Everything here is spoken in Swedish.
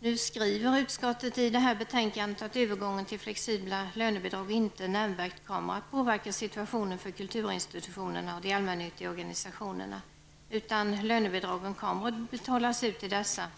Nu skriver utskottet i detta betänkande att övergången till flexibla lönebidrag inte nämnvärt kommer att påverka situationen för kulturinstitutionerna och de allmännyttiga organisationerna, utan lönebidragen kommer att betalas ut till dessa